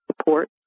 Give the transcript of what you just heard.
support